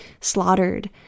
slaughtered